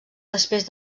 després